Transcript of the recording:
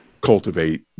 cultivate